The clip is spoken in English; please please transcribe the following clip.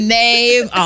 name